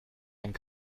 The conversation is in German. einen